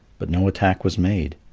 but no attack was made.